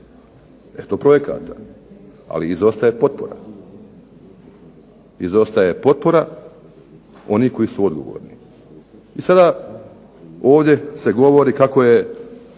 Eto projekata, ali izostaje potpora, izostaje potpora onih koji su odgovorni. I sada ovdje se govori kako je,